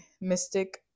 mystic